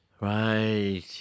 right